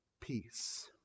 peace